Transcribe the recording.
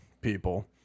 people